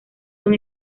son